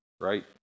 right